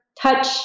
touch